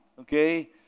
okay